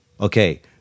okay